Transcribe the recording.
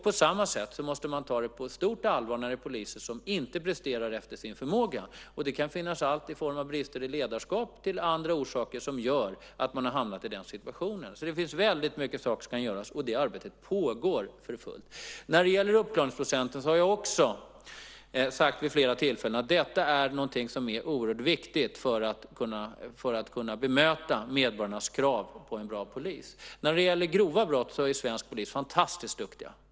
På samma sätt måste det tas på stort allvar när poliser inte presterar efter sin förmåga. Det kan vara bristande ledarskap eller andra orsaker som gjort att man hamnat i den situationen. Det finns alltså väldigt mycket som kan göras, och detta arbete pågår för fullt. När det gäller uppklaringsprocenten har jag också vid flera tillfällen sagt att detta är oerhört viktigt för att vi ska kunna bemöta medborgarnas krav på en bra polis. När det gäller grova brott är ju svensk polis fantastiskt duktig.